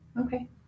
Okay